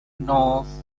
north